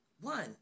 one